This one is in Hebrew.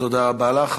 תודה רבה לך.